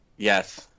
Yes